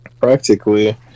Practically